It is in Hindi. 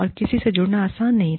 और किसी से भी जुड़ना आसान नहीं था